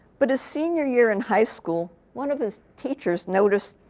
but his senior year in high school, one of his teachers noticed